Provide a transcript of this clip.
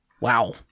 Wow